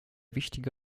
wichtige